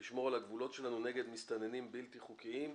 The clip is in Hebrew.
לשמור על הגבולות שלנו נגד מסתננים בלתי חוקיים.